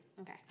Okay